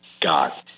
got